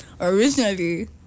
originally